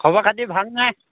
খবৰ খাতি ভালনে